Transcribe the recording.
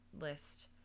list